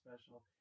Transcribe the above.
special